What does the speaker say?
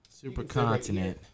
supercontinent